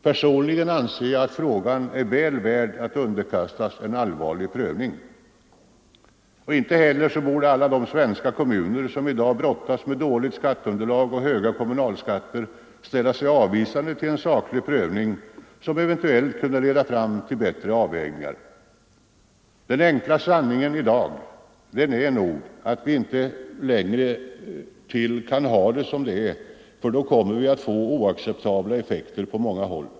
Personligen anser jag att frågan är väl värd att underkastas en allvarlig prövning. Inte heller borde alla de kommuner som i dag brottas med dåligt skatteunderlag och höga kommunalskatter ställa sig avvisande till en saklig prövning som eventuellt kunde leda fram till bättre avvägningar. Den enkla sanningen i dag är nog att vi inte länge till kan ha det som det är, för då kommer vi att få oacceptabla effekter på många håll.